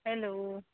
hello